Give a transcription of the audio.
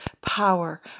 power